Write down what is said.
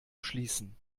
schließen